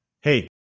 Hey